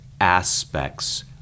aspects